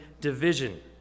division